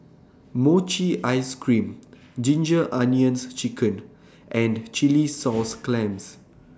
Mochi Ice Cream Ginger Onions Chicken and Chilli Sauce Clams